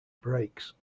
brakes